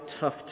tough